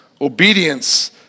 obedience